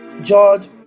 george